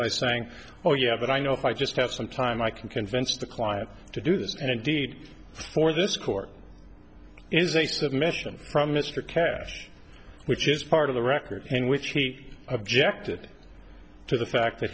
by saying oh yeah but i know if i just have some time i can convince the client to do this and indeed for this court is a submission from mr cash which is part of the record in which he objected to the fact that